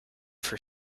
for